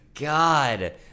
God